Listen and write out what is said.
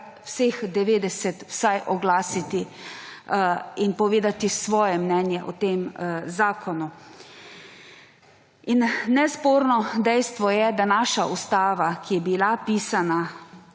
vseh 90 vsaj oglasiti in povedati svoje mnenje o tem zakonu. Nesporno dejstvo je, da naša ustava, ki je bila pisana